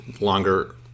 longer